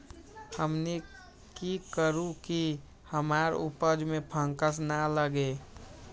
हमनी की करू की हमार उपज में फंगस ना लगे?